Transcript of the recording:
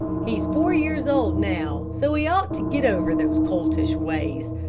he's four years old now, so he ought to get over those coltish ways.